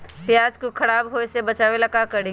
प्याज को खराब होय से बचाव ला का करी?